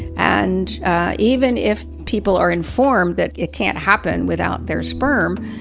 and even if people are informed that it can't happen without their sperm,